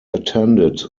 attended